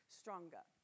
stronger